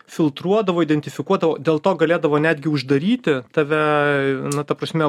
filtruodavo identifikuodavo dėl to galėdavo netgi uždaryti tave na ta prasme